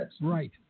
Right